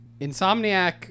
Insomniac